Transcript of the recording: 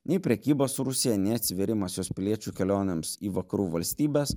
nei prekyba su rusija nei atsivėrimas jos piliečių kelionėms į vakarų valstybes